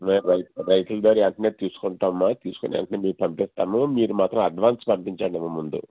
మేము రై రైతులు దగ్గర వెంటనే తీసుకుంటామ్మా తీసుకుని వెంటనే మీకు పంపిస్తాము మీరు మాత్రం అడ్వాన్స్ పంపించండి అమ్మ ముందే